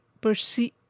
perceive